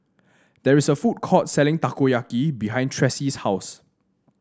there is a food court selling Takoyaki behind Tressie's house